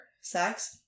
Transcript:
sex